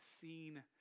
seen